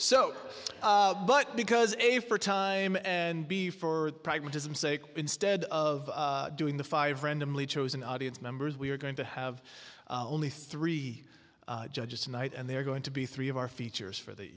so but because a for time and be for pragmatism sake instead of doing the five randomly chosen audience members we're going to have only three judges tonight and they're going to be three of our features for the